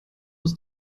ist